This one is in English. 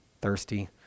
thirsty